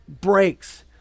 breaks